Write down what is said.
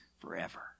forever